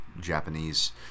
Japanese